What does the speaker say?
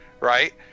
right